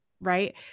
Right